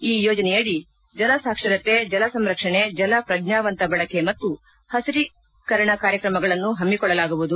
ಈ ಯೋಜನೆಯಡಿ ಜಲಸಾಕ್ಷರತೆ ಜಲಸಂರಕ್ಷಣೆ ಜಲ ಪ್ರಜ್ಞಾನಂತ ಬಳಕೆ ಮತ್ತು ಮತ್ತು ಪಸರೀಕರಣ ಕಾರ್ಯಕ್ರಮಗಳನ್ನು ಹಮ್ಮಿಕೊಳ್ಳಲಾಗುವುದು